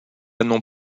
non